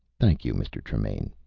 thank you, mr. tremaine.